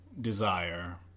desire